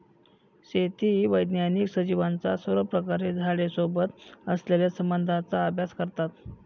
शेती वैज्ञानिक सजीवांचा सर्वप्रकारे झाडे सोबत असलेल्या संबंधाचा अभ्यास करतात